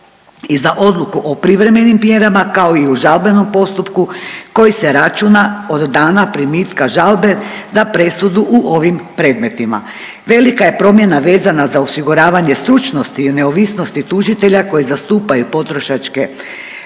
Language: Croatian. i za odluku o privremenim mjerama, kao i u žalbenom postupku koji se računa od dana primitka žalbe za presudu u ovim predmetima. Velika je promjena vezana za osiguravanje stručnosti i neovisnosti tužitelja koji zastupanju potrošačke